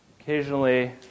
Occasionally